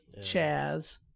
Chaz